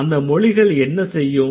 அந்த மொழிகள் என்ன செய்யும்